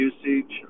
usage